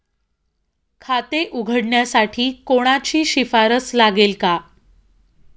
खाते उघडण्यासाठी कोणाची शिफारस लागेल का?